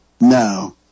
No